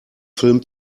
film